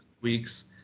weeks